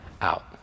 out